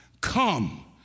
come